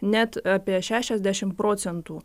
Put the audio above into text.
net apie šešiasdešimt procentų